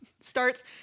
starts